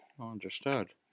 understood